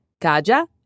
Kaja